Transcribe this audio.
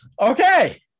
Okay